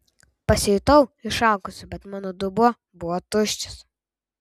pasijutau išalkusi bet mano dubuo buvo tuščias